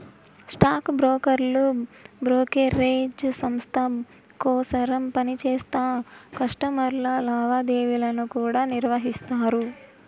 stock బ్రోకర్లు brokerage సంస్త కోసరం పనిచేస్తా కస్టమర్ల లావాదేవీలను కూడా నిర్వహిస్తారు